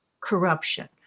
corruption